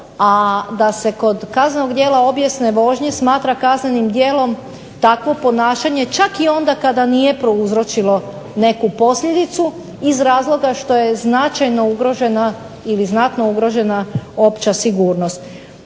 a da se kod kaznenog djela obijesne vožnje smatra kaznenim djelom takvo ponašanje čak i onda kada nije prouzročilo neku posljedicu, iz razloga što je značajno ugrožena ili znatno ugrožena opća sigurnost.